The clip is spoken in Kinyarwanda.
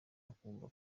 akumva